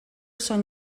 són